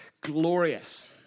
Glorious